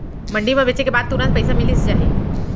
मंडी म बेचे के बाद तुरंत पइसा मिलिस जाही?